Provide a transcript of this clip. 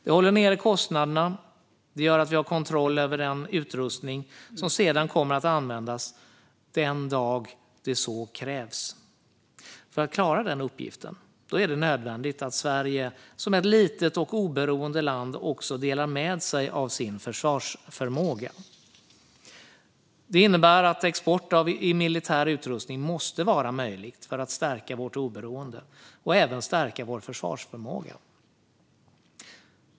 Det håller nere kostnaderna, och det gör att vi har kontroll över den utrustning som sedan kommer att användas den dag det så krävs. För att klara den uppgiften är det nödvändigt att Sverige som ett litet och oberoende land också delar med sig av sin försvarsförmåga. Det innebär att export av militär utrustning måste vara möjlig för att stärka vårt oberoende och även stärka vår försvarsförmåga.